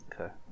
Okay